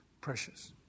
precious